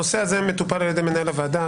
הנושא הזה מטופל על ידי מנהל הוועדה.